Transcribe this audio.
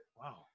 Wow